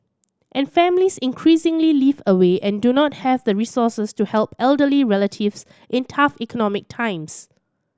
and families increasingly live away and do not have the resources to help elderly relatives in tough economic times